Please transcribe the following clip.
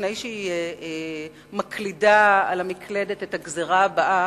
לפני שהיא מקלידה על המקלדת את הגזירה הבאה,